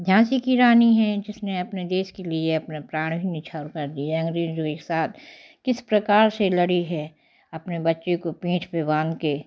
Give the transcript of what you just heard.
झांसी की रानी है जिसने अपने देश के लिए अपने प्राण ही निछावर कर दिए अंग्रेजों के साथ किस प्रकार से लड़ी है अपने बच्चे को पीठ पे बाँध के